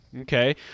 Okay